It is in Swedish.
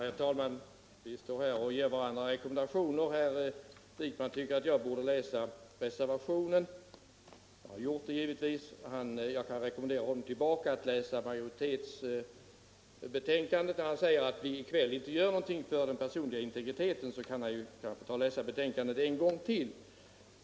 Herr talman! Vi står här och ger varandra rekommendationer. Herr Wijkman tycker att jag borde läsa reservationen. Jag har givetvis gjort det. Och jag kan i min tur rekommendera herr Wijkman att läsa majoritetsuttalandet i betänkandet, eftersom herr Wijkman säger att vi i 161 kväll inte gör nägonting för den personliga integriteten. Herr Wijkman bör då ta och läsa betänkandet en gång till.